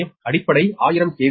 ஏ அடிப்படை 1000 கே